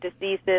diseases